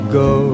go